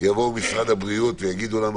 יבואו ממשרד הבריאות ויגידו לנו,